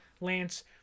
Lance